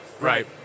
Right